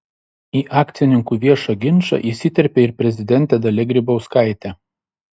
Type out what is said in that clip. į akcininkų viešą ginčą įsiterpė ir prezidentė dalia grybauskaitė